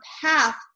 path